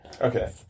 Okay